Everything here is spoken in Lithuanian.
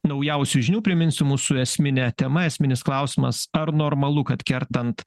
naujausių žinių priminsiu mūsų esminė tema esminis klausimas ar normalu kad kertant